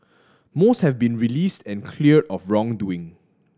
most have been released and cleared of wrongdoing